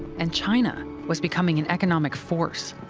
and china was becoming an economic force.